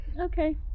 Okay